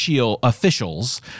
officials